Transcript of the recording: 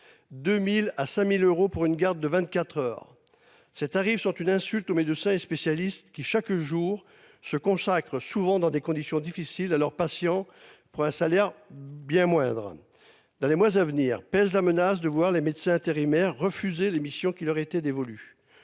2000 à 5000 euros pour une garde de 24h. Ces tarifs sont une insulte aux médecins et spécialistes qui chaque jour se consacrent souvent dans des conditions difficiles à leurs patients pour un salaire bien moindre dans les mois à venir pèse la menace de voir les médecins intérimaires refusé l'missions qui leur était dévolu.